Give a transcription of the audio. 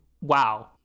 Wow